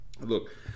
Look